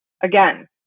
again